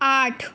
आठ